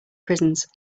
prisons